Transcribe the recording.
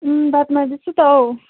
बात मार्दैछु त हो